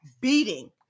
beating